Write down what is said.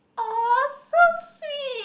oh so sweet